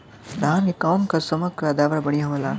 धान क कऊन कसमक पैदावार बढ़िया होले?